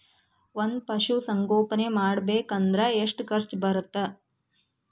ಒಂದ್ ಪಶುಸಂಗೋಪನೆ ಮಾಡ್ಬೇಕ್ ಅಂದ್ರ ಎಷ್ಟ ಖರ್ಚ್ ಬರತ್ತ?